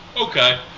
Okay